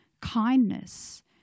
kindness